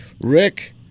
Rick